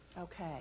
Okay